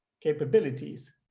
capabilities